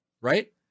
Right